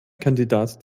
kandidat